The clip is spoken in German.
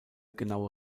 genaue